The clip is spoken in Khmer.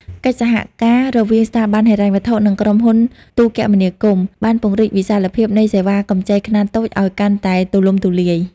កិច្ចសហការរវាងស្ថាប័នហិរញ្ញវត្ថុ និងក្រុមហ៊ុនទូរគមនាគមន៍ បានពង្រីកវិសាលភាពនៃសេវាកម្ចីខ្នាតតូចឱ្យកាន់តែទូលំទូលាយ។